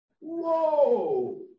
Whoa